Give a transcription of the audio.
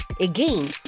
Again